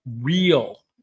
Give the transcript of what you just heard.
real